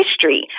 history